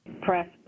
Press